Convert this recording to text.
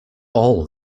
all